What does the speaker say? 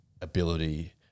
ability